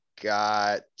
got